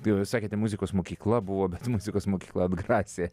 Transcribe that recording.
tai va sakėte muzikos mokykla buvo bet muzikos mokykla atgrasė